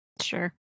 Sure